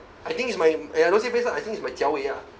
I think is my mm ya don't say face lah I think is my 角位 ya